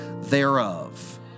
thereof